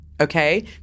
Okay